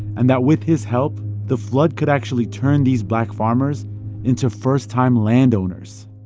and that with his help, the flood could actually turn these black farmers into first-time landowners